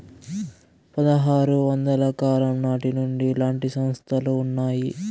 పదహారు వందల కాలం నాటి నుండి ఇలాంటి సంస్థలు ఉన్నాయి